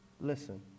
listen